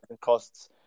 costs